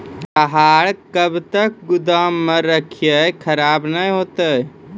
लहार कब तक गुदाम मे रखिए खराब नहीं होता?